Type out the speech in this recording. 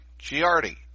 Giardi